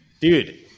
dude